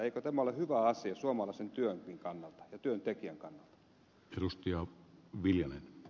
eikö tämä ole hyvä asia suomalaisen työnkin kannalta ja työntekijän kannalta